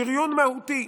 שריון מהותי.